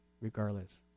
regardless